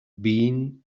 been